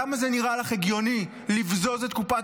למה זה נראה לך הגיוני לבזוז את קופת